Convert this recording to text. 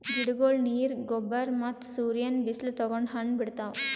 ಗಿಡಗೊಳ್ ನೀರ್, ಗೊಬ್ಬರ್ ಮತ್ತ್ ಸೂರ್ಯನ್ ಬಿಸಿಲ್ ತಗೊಂಡ್ ಹಣ್ಣ್ ಬಿಡ್ತಾವ್